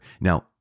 Now